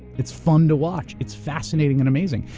it's fun to watch, it's fascinating and amazing.